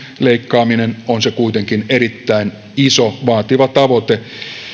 leikkaaminen on se kuitenkin erittäin iso vaativa tavoite